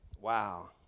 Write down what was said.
Wow